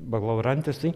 bakalaurantes tai